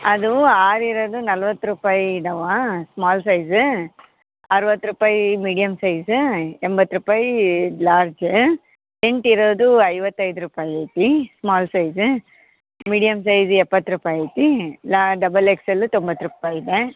ಅದು ಆರು ಇರೋದು ನಲ್ವತ್ತು ರೂಪಾಯಿ ಇದಾವೆ ಸ್ಮಾಲ್ ಸೈಝ ಅರುವತ್ತು ರೂಪಾಯಿ ಮೀಡಿಯಮ್ ಸೈಝ ಎಂಬತ್ತು ರೂಪಾಯಿ ಲಾರ್ಜ ಎಂಟು ಇರೋದು ಐವತ್ತೈದು ರೂಪಾಯಿ ಐತಿ ಸ್ಮಾಲ್ ಸೈಝ ಮೀಡಿಯಮ್ ಸೈಝ್ ಎಪ್ಪತ್ತು ರೂಪಾಯಿ ಐತಿ ಲಾ ಡಬಲ್ ಎಕ್ಸ್ ಎಲ್ಲು ತೊಂಬತ್ತು ರೂಪಾಯಿ ಇದೆ